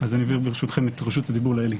אז אעביר, ברשותכם, את רשות הדיבור לאלי.